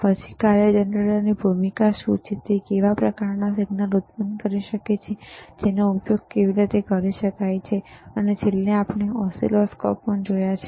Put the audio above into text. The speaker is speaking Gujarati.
પછી કાર્ય જનરેટરની ભૂમિકા શું છે તે કેવા પ્રકારના સિગ્નલ ઉત્પન્ન કરી શકે છે તેનો ઉપયોગ કેવી રીતે કરી શકાય છે અને છેલ્લે આપણે ઓસિલોસ્કોપ્સ પણ જોયા છે